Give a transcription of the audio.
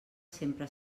sempre